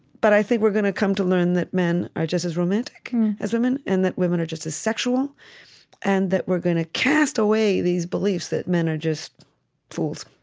but i think we're going to come to learn that men are just as romantic as women and that women are just as sexual and that we're going to cast away these beliefs that men are just fools